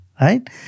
right